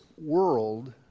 world